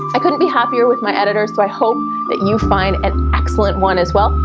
i couldn't be happier with my editor so i hope that you find an excellent one as well.